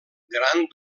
gran